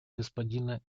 господина